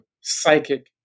psychic